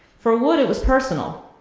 for wood, it was personal.